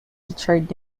richard